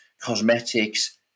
cosmetics